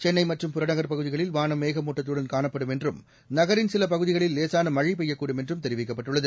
சென்னை மற்றம் புறநகர் பகுதிகளில் வானம் மேகமூட்டத்துடன் காணப்படும் என்றும் நகரின் சில பகுதிகளில் லேசான மழை பெய்யக்கூடும் என்றும் அறிவிக்கப்பட்டுள்ளது